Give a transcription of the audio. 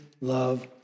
love